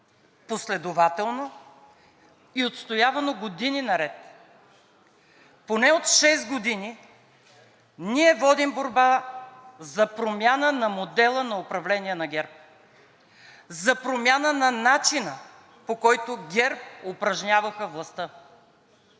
последователно и отстоявано години наред. Поне от шест години ние водим борба за промяна на модела на управление на ГЕРБ, за промяна на начина, по който ГЕРБ упражняваха властта.